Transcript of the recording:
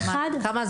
כמה זמן?